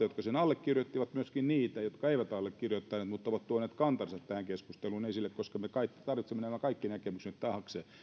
jotka sen allekirjoittivat ja myöskin niille jotka eivät allekirjoittaneet mutta ovat tuoneet kantansa tähän keskusteluun esille koska me tarvitsemme nämä kaikki näkemykset taakse